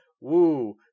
Woo